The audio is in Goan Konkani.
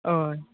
हय